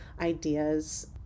ideas